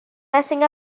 messing